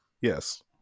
yes